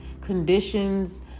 conditions